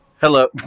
Hello